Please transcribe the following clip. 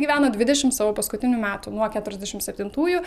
gyvena dvidešimt savo paskutinių metų nuo keturiasdešimt septintųjų